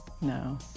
No